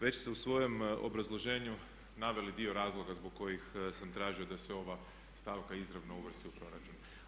Već ste u svojem obrazloženju naveli dio razloga zbog kojih sam tražio da se ova stavka izravno uvrsti u proračun.